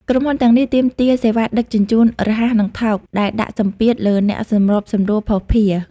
ក្រុមហ៊ុនទាំងនេះទាមទារសេវាដឹកជញ្ជូនរហ័ស និងថោក ដែលដាក់សម្ពាធលើអ្នកសម្របសម្រួលភស្តុភារ។